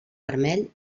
vermell